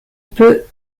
peut